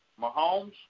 Mahomes